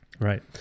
Right